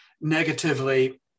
negatively